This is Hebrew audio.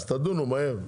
תדונו מהר.